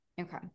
Okay